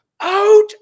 out